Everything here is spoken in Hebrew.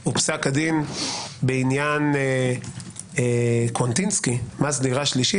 הוא פסק הדין בעניין קוונטינסקי, מס דירה שלישית.